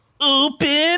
open